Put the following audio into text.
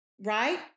Right